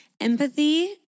Empathy